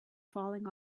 falling